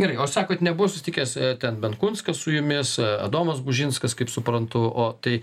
gerai o sakot nebuvo susitikęs ten benkunskas su jumis adomas bužinskas kaip suprantu o tai